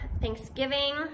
Thanksgiving